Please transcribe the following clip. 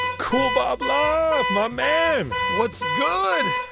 cool, bob love, my man what's good?